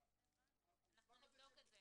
אנחנו נבדוק את זה,